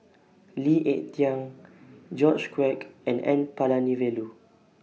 Lee Ek Tieng George Quek and N Palanivelu